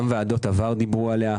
גם ועדות עבר דיברו עליה,